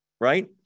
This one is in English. right